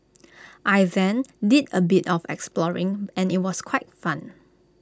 I then did A bit of exploring and IT was quite fun